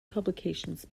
publications